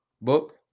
book